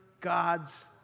gods